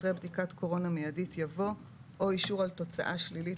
אחרי "בדיקת קורונה מיידית" יבוא "או אישור על תוצאה שלילית